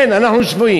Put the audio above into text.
כן, אנחנו שבויים.